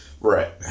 right